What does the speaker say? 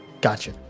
Gotcha